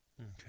Okay